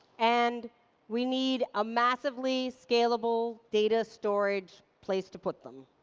and we need a massively scalable data storage place to put them.